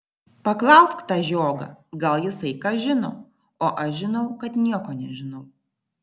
paklausk tą žiogą gal jisai ką žino o aš žinau kad nieko nežinau